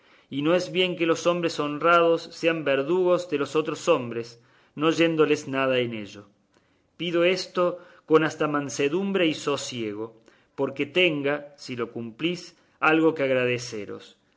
y no es bien que los hombres honrados sean verdugos de los otros hombres no yéndoles nada en ello pido esto con esta mansedumbre y sosiego porque tenga si lo cumplís algo que agradeceros